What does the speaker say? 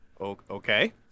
Okay